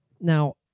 Now